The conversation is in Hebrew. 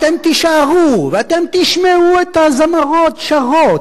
אתם תישארו ואתם תשמעו את הזמרות שרות,